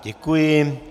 Děkuji.